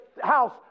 house